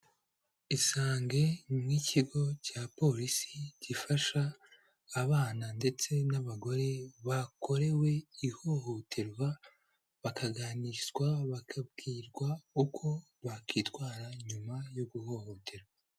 Isange, ni ikigo cya polisi gifasha abana ndetse n'abagore bakorewe ihohoterwa, bakaganirizwa, bakabwirwa uko bakitwara nyuma yo guhohoterwa.